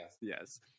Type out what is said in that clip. Yes